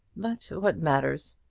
but what matters?